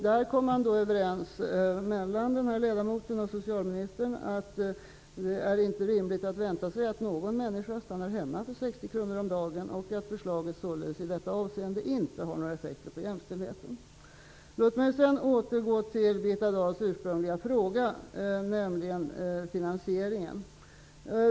Där kom den här ledamoten och socialministern överens om att det inte är rimligt att vänta sig att någon människa stannar hemma för 60 kr om dagen och att förslaget således i detta avseende inte har några effekter på jämställdheten. Låt mig sedan återgå till Birgitta Dahls ursprungliga fråga, nämligen finansieringen.